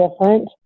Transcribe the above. different